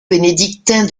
bénédictins